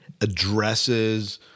addresses